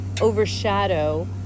overshadow